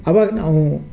ಅವಾಗ ನಾವು